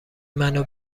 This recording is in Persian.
منو